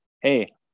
Hey